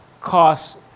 cost